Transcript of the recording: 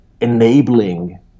enabling